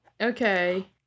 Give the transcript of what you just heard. Okay